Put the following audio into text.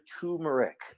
turmeric